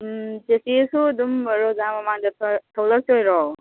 ꯎꯝ ꯆꯦꯆꯦꯁꯨ ꯑꯗꯨꯝ ꯔꯣꯖꯥ ꯃꯃꯥꯡꯗ ꯊꯣꯔ ꯊꯣꯛꯂꯛꯇꯣꯏꯔꯣ